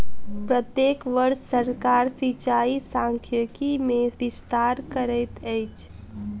प्रत्येक वर्ष सरकार सिचाई सांख्यिकी मे विस्तार करैत अछि